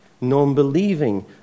non-believing